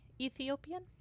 ethiopian